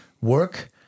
work